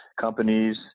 companies